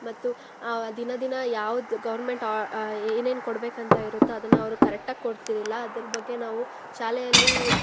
ಮತ್ತು ದಿನ ದಿನ ಯಾವ್ದು ಗೌರ್ಮೆಂಟ್ ಆ ಏನೇನು ಕೊಡಬೇಕಂತ ಇರುತ್ತೋ ಅದನ್ನು ಅವರು ಕರೆಕ್ಟಾಗಿ ಕೊಡ್ತಿರಲಿಲ್ಲ ಅದ್ರ ಬಗ್ಗೆ ನಾವು ಶಾಲೆಯಲ್ಲಿ